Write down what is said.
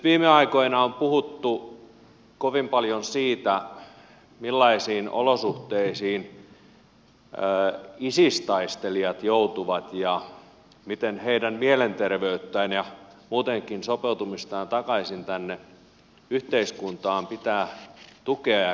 viime aikoina on puhuttu kovin paljon siitä millaisiin olosuhteisiin isis taistelijat joutuvat ja miten heidän mielenterveyttään ja muutenkin sopeutumistaan takaisin tänne yhteiskuntaan pitää tukea ja kehittää